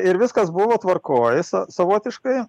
ir viskas buvo tvarkoj sa savotiškai